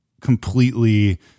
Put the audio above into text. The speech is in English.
completely